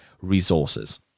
resources